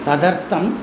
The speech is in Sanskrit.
तदर्थम्